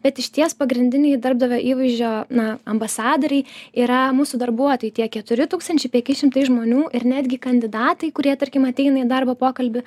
bet išties pagrindiniai darbdavio įvaizdžio na ambasadoriai yra mūsų darbuotojai tie keturi tūkstančiai penki šimtai žmonių ir netgi kandidatai kurie tarkim ateina į darbo pokalbį